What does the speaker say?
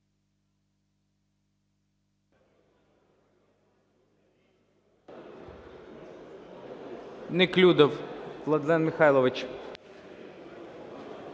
Неклюдов Владлен Михайлович.